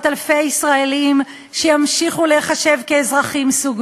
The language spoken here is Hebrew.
הרבנות הראשית לא צריכה להיות הגורם שמופקד על הפרשנות